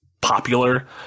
popular